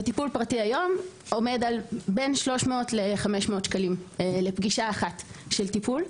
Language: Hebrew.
וטיפול פרטי עומד היום על בין 300 ל-500 שקלים לפגישה אחת של טיפול.